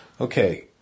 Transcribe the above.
Okay